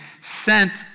sent